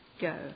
go